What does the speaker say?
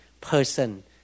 person